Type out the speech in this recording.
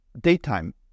daytime